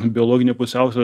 biologinė pusiausvyra